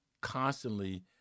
constantly